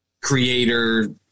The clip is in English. creator